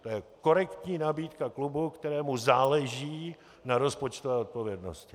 A to je korektní nabídka klubu, kterému záleží na rozpočtové odpovědnosti.